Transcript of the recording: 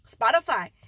Spotify